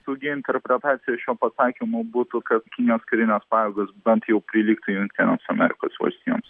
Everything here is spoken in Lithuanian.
tokia interpretacija šio pasakymo būtų kad kinijos karinės pajėgos bent jau prilygtų jungtinėms amerikos valstijoms